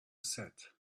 set